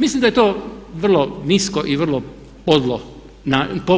Mislim da je to vrlo nisko i vrlo